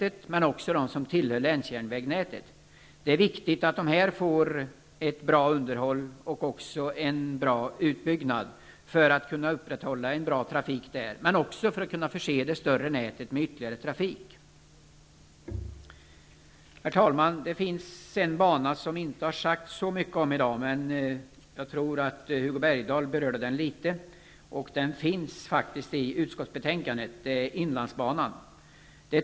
Men det finns också anslutningsbanor som tillhör länsjärnvägsnätet. Det är viktigt att dessa underhålls väl och att en bra utbyggnad sker -- detta för att kunna upprätthålla en bra trafik och för att kunna förse det större nätet med ytterligare trafik. Herr talman! En bana som det inte har talats särskilt mycket om i dag -- jag tror att i varje fall Hugo Bergdahl något berörde den -- men som nämns i utskottsbetänkandet är inlandsbanan.